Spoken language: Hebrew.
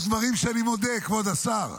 יש דברים שאני מודה, כבוד השר.